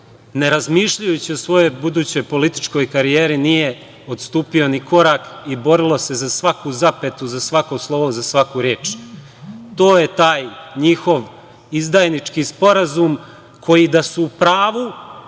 Ne razmišljajući o svojoj budućoj političkoj karijeri nije odstupio ni korak i borilo se za svaku zapetu, za svako slovo, za svaku reč. To je taj njihov izdajnički sporazum koji da su u pravu